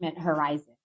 horizon